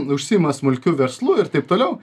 užsiima smulkiu verslu ir taip toliau